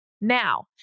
Now